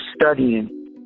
studying